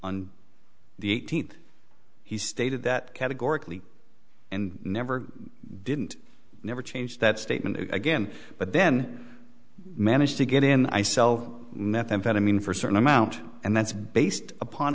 on the eighteenth he stated that categorically and never didn't never change that statement again but then managed to get in i sell methamphetamine for certain amount and that's based upon